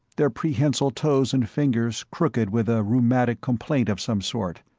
their prehensile toes and fingers crooked with a rheumatic complaint of some sort,